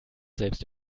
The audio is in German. selbst